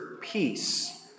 peace